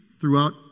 throughout